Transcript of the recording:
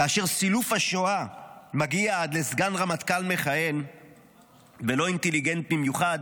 כאשר סילוף השואה מגיע עד לסגן רמטכ"ל מכהן ולא אינטליגנטי במיוחד,